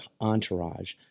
entourage